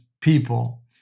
people